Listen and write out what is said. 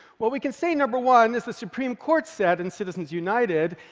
what we can say, number one, as the supreme court said in citizens united,